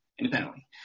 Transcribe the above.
independently